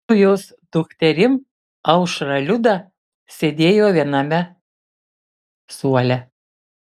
su jos dukterim aušra liuda sėdėjo viename suole